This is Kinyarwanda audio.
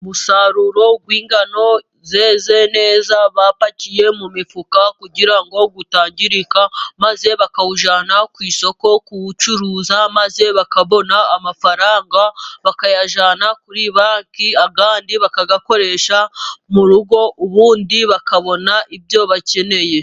Umusaruro w'ingano zeze neza bapakiye mu mifuka kugira ngo utangirika, maze bakawujyana ku isoko kuwucuruza, maze bakabona amafaranga bakayajyana kuri banki, abandi bakayakoresha mu rugo, ubundi bakabona ibyo bakeneye.